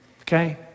Okay